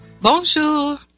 Bonjour